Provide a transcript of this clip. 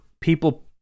people